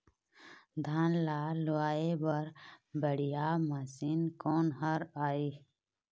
धान ला लुआय बर बढ़िया मशीन कोन हर आइ?